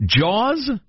Jaws